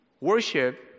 worship